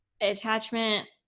attachment